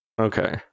Okay